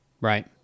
Right